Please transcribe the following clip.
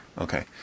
Okay